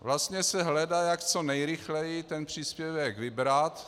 Vlastně se hledá, jak co nejrychleji ten příspěvek vybrat.